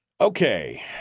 Okay